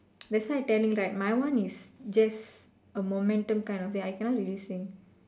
that's why tell you right my one is just a momentum kind of thing I cannot really sing